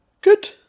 Good